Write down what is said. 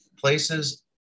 places